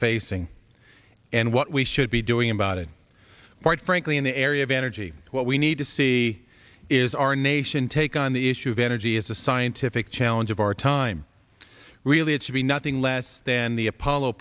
facing and what we should be doing about it quite frankly in the area of energy what we need to see is our nation take on the issue of energy as a scientific challenge of our time really it should be nothing less than the apollo